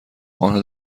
آنها